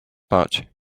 but